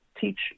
teach